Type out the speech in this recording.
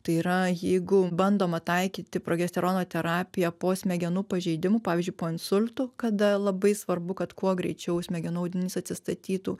tai yra jeigu bandoma taikyti progesterono terapiją po smegenų pažeidimų pavyzdžiui po insultų kada labai svarbu kad kuo greičiau smegenų audinys atsistatytų